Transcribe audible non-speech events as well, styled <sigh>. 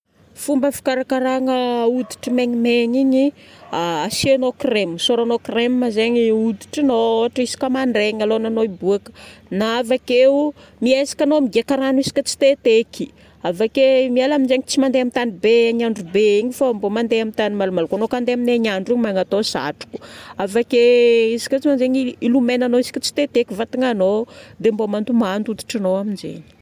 Fomba fikarakaragna hoditry maignimaigny igny, asiagnao crème. Hosoragnao crème zaigny hoditrinao ohatra hoe isaka mandraigny alohan'ny anao hiboaka na avakeo miezaka anao migaka rano isaka tsiteteky. Avake miala amin'izay- tsy mandeha amin'ny tany be hainandro be igny fô mba mandeha amin'ny tany malomaloka. Anao ka handeha amin'ny hainandro igny magnatao satroka. Avake izy koa tsy <unintelligible> ilomegnanao isaka tsiteteka vatagnanao dia mba mandomando hoditrinao amin'izegny.